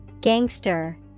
Gangster